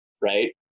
right